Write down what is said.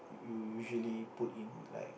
you usually put in like